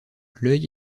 l’œil